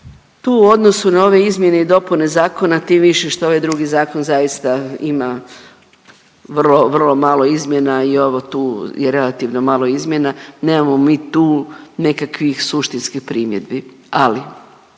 tu u odnosu na ove izmjene i dopune zakona tim više što ovaj drugi zakon zaista ima vrlo, vrlo malo izmjena i ovo tu je relativno malo izmjena, nemamo mi tu nekakvih suštinskih primjedbi, ali